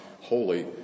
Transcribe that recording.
holy